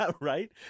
Right